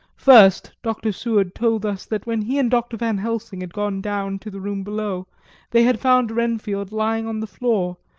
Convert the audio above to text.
first, dr. seward told us that when he and dr. van helsing had gone down to the room below they had found renfield lying on the floor,